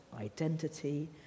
identity